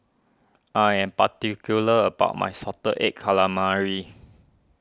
I am particular about my Salted Egg Calamari